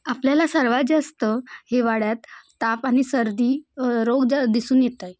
आपल्याला सर्वात जास्त हिवाळ्यात ताप आणि सर्दी रोग जा दिसून येत आहे